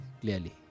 Clearly